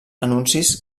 anuncis